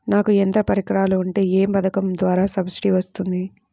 నాకు యంత్ర పరికరాలు ఉంటే ఏ పథకం ద్వారా సబ్సిడీ వస్తుంది?